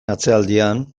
atzealdean